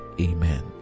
amen